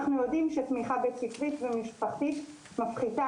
אנחנו יודעים שתמיכה היקפית ומשפחתית מפחיתה